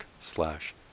slash